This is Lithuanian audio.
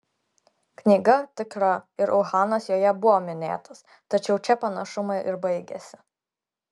knyga tikra ir uhanas joje buvo minėtas tačiau čia panašumai ir baigiasi